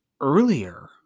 earlier